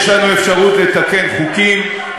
יש לנו אפשרות לתקן חוקים,